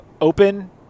open